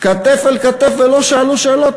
כתף אל כתף, ולא שאלו שאלות.